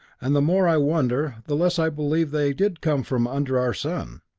and the more i wonder, the less i believe they did come from under our sun.